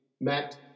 Matt